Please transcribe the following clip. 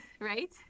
right